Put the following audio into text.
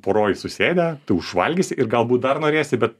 poroj susėdę tu užvalgysi ir galbūt dar norėsi bet